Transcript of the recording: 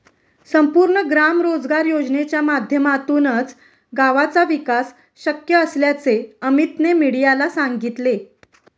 संपूर्ण ग्राम रोजगार योजनेच्या माध्यमातूनच गावाचा विकास शक्य असल्याचे अमीतने मीडियाला सांगितले